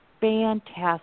fantastic